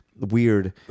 weird